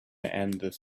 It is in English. and